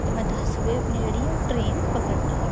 ते में दस बजे अपनी जेह्ड़ी ऐ ट्रेन पकड़नी ऐ